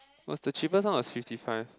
was the cheapest one was fifty five